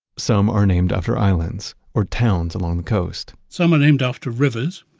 some are named after islands, or towns along the coast, some are named after rivers,